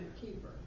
keeper